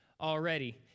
already